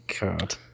God